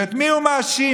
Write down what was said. ואת מי הוא מאשים?